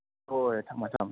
ꯍꯣꯏ ꯊꯝꯃꯣ ꯊꯝꯃꯣ